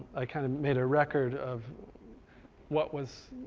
i kind of made a record of what was,